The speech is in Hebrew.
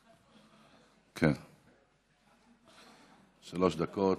איילת נחמיאס, שלוש דקות,